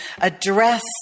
address